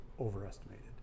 overestimated